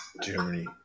Germany